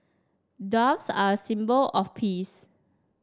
doves are a symbol of peace